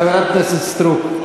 חברת הכנסת סטרוק,